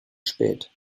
spät